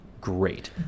great